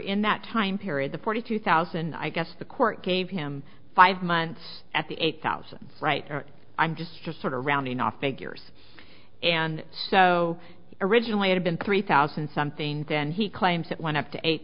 in that time period the forty two thousand i guess the court gave him five months at the eight thousand right i'm just just sort of rounding off figures and so originally had been three thousand something then he claims it went up to eight